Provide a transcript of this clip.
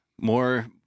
more